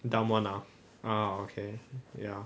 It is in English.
dumb [one] ah ah okay ya